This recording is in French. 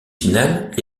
finale